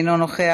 אינו נוכח.